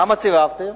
למה סירבתם?